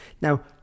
Now